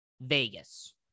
Vegas